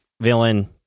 villain